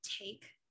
take